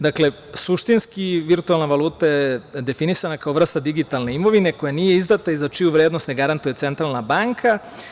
Dakle, suštinski virtuelna valuta je definisana kao vrsta digitalne imovine koja nije izdata i za čiju vrednost ne garantuje Centralna banka.